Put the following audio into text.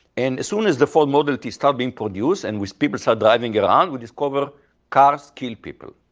and soon as the ford model t start being produced and we people start driving around, we discover cars kill people.